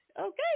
Okay